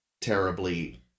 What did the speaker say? terribly